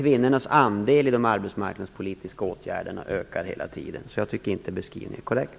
Kvinnornas andel i de arbetsmarknadspolitiska åtgärderna ökar hela tiden. Jag tycker alltså inte att beskrivningen är korrekt.